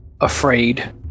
afraid